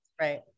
right